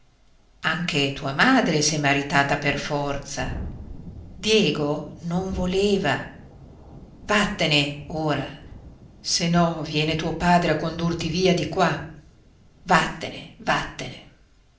anche tua madre s'è maritata per forza diego non voleva vattene ora se no viene tuo padre a condurti via di qua vattene vattene